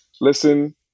Listen